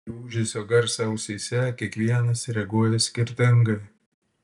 į ūžesio garsą ausyse kiekvienas reaguoja skirtingai